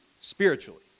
spiritually